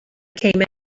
came